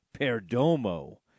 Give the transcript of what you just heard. Perdomo